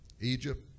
Egypt